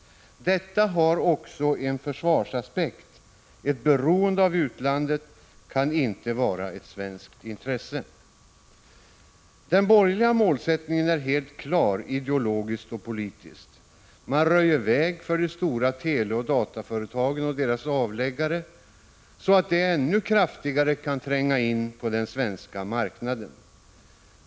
Här finns bl.a. en försvarsaspekt: ett beroende av utlandet kan inte vara ett svenskt intresse. Den borgerliga målsättningen är helt klar ideologiskt och politiskt: man röjer väg för de stora teleoch dataföretagen och deras avläggare, så att de ännu kraftigare kan tränga in på den svenska marknaden.